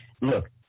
look